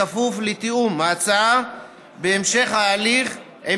בכפוף לתיאום ההצעה בהמשך ההליך עם